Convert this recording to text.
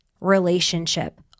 relationship